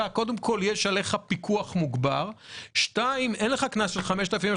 קודם כל יש עליך פיקוח מוגדר וגם אין לך קנס של 5,000 שקלים,